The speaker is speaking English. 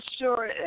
sure